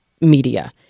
media